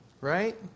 Right